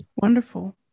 Wonderful